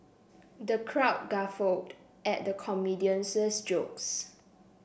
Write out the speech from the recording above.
the crowd guffawed at the comedian's jokes